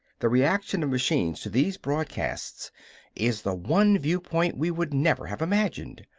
the reaction of machines to these broadcasts is the one viewpoint we would never have imagined.